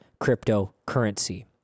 cryptocurrency